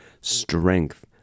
strength